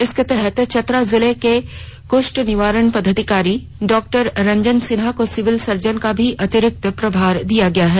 इसके तहत चतरा के जिला कृष्ठ निवारण पदाधिकारी डॉक्टर रंजन सिन्हा को सिविल सर्जन का भी अतिरिक्त प्रभार दिया गया है